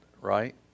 right